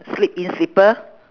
slip in slipper